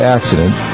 Accident